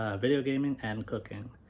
ah video gaming and cooking.